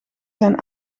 zijn